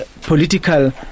Political